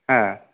হ্যাঁ